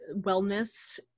wellness